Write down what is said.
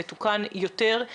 המתוקן יותר,